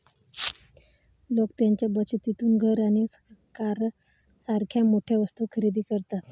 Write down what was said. लोक त्यांच्या बचतीतून घर आणि कारसारख्या मोठ्या वस्तू खरेदी करतात